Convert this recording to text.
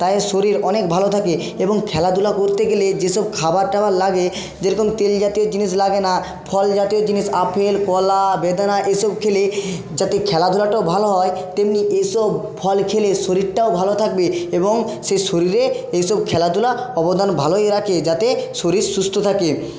তাই শরীর অনেক ভালো থাকে এবং খেলাধুলা করতে গেলে যে সব খাবার টাবার লাগে যেরকম তেল জাতীয় জিনিস লাগে না ফল জাতীয় জিনিস আপেল কলা বেদানা এসব খেলে যাতে খেলাধুলাটাও ভালো হয় তেমনি এ সব ফল খেলে শরীরটাও ভালো থাকবে এবং সে শরীরে এই সব খেলাধুলা অবদান ভালোই রাখে যাতে শরীর সুস্থ থাকে